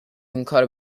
اونکارو